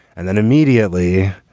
and then immediately.